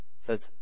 says